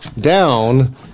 down